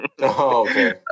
Okay